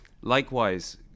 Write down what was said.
likewise